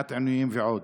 במניעת עינויים ועוד,